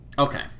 Okay